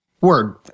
Word